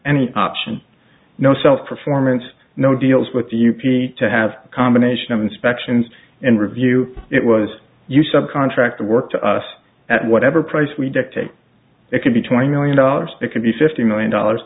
any option no self performance no deals with the u p to have a combination of inspections and review it was you some contract work to us at whatever price we dictate it could be twenty million dollars it could be fifty million dollars